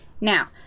Now